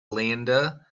linda